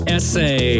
Essay